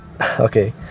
Okay